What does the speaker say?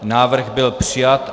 Návrh byl přijat.